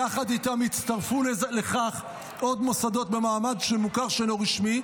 יחד איתם יצטרפו לכך עוד מוסדות במעמד המוכר שאינו רשמי,